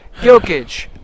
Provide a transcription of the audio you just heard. Jokic